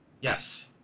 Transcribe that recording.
yes